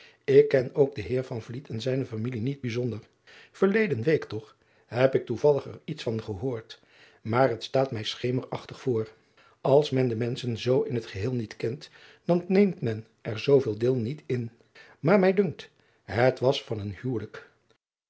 k ken ook den eer en zijne familie niet bijzonder erleden week toch heb ik toevallig er iets van gehoord maar het staat mij schemerachtig voor ls men de menschen zoo in het geheel niet kent dan neemt men driaan oosjes zn et leven van aurits ijnslager er zooveel deel niet in maar mij dunkt het was van een huwelijk